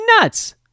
nuts